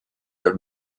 del